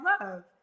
love